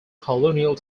colonial